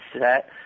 set